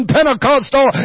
Pentecostal